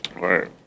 right